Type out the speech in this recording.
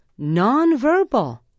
nonverbal